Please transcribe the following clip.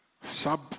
Sub